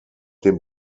den